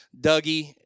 Dougie